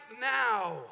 now